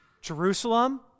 Jerusalem